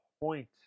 point